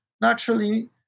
naturally